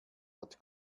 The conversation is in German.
hat